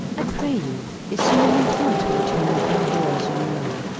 i pray you, is signior mountanto returned from the wars or no?